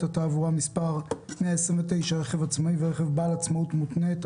התעבורה (מס' 129) (רכב עצמאי ורכב בעל עצמאות מותנית),